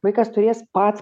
vaikas turės pats